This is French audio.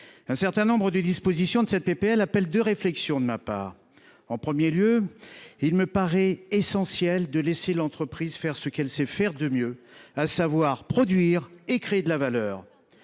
de la présente proposition de loi appellent deux réflexions. En premier lieu, il me paraît essentiel de laisser l’entreprise faire ce qu’elle sait faire de mieux, à savoir produire et créer de la valeur.